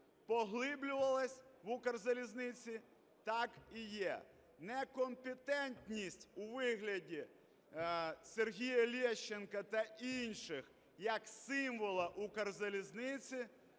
поглиблювалась в Укрзалізниці, так і є, некомпетентність у вигляді Сергія Лещенка та інших як символу Укрзалізниці